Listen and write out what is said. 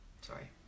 Sorry